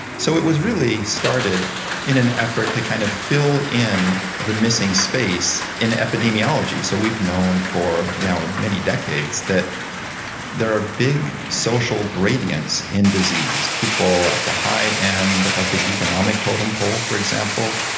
so it was really started in an effort to kind of fill in the missing space in epidemiology. so we've known for now many decades that there are big social gradients in disease. people at the high end of the economic totem pole, for example,